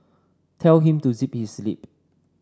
tell him to zip his lip